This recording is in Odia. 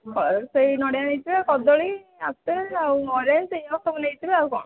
ସେଇ ନଡିଆ ନେଇଯିବା କଦଳୀ ଆପେଲ ଆଉ ଅରେଞ୍ଜ ଏଗୁରା ସବୁ ନେଇଯିବା ଆଉ କଣ